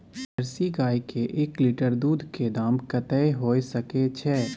Jersey गाय के एक लीटर दूध के दाम कतेक होय सके छै?